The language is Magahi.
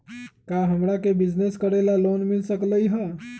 का हमरा के बिजनेस करेला लोन मिल सकलई ह?